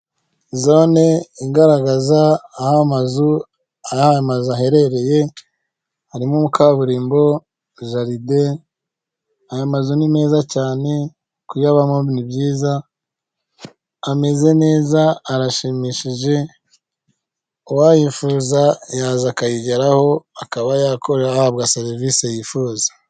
Zone igaragaza aho ayo mazu aherereye, harimo kaburimbo, jarde, aya mazu ni meza cyane, kuyabamo ni byiza, ameze neza arashimishije, uwayifuza yaza akayigeraho, akaba yakora ahabwa serivisi yifuza.